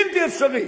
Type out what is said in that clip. בלתי אפשרי.